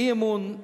אי-אמון,